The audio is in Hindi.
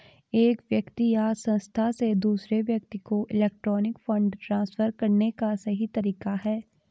एक व्यक्ति या संस्था से दूसरे व्यक्ति को इलेक्ट्रॉनिक फ़ंड ट्रांसफ़र करने का एक तरीका है